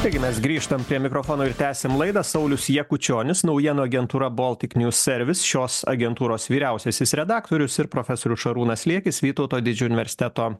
taigi mes grįžtam prie mikrofono ir tęsiam laidą saulius jakučionis naujienų agentūra baltic news service šios agentūros vyriausiasis redaktorius ir profesorius šarūnas liekis vytauto didžiojo universiteto